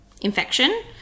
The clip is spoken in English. infection